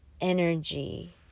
energy